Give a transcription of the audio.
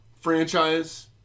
franchise